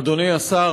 אדוני השר,